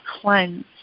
cleanse